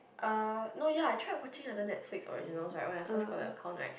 uh no ya I try watching and then the fixed original when I first got the account right